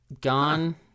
gone